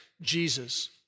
Jesus